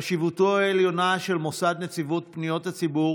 חשיבותו העליונה של מוסד נציבות פניות הציבור